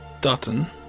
Dutton